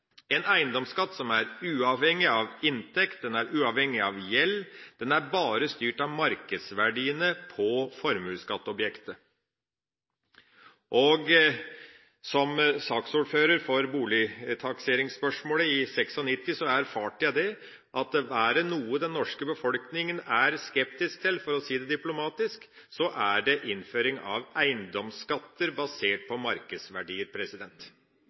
er eiendomsskatt, en eiendomsskatt som er uavhengig av inntekt og uavhengig av gjeld. Den er bare styrt av markedsverdiene på formuesskatteobjektet. Som saksordfører for boligtakseringsspørsmålet i 1996 erfarte jeg at er det noe den norske befolkningen er skeptisk til – for å si det diplomatisk – er det innføring av eiendomsskatter basert på markedsverdier.